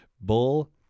Bull